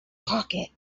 pocket